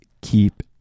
keep